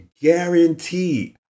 guarantee